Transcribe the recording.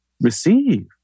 receive